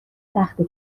سخته